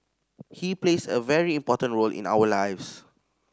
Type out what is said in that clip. he plays a very important role in our lives